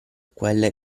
quelle